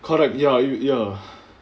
correct ya you ya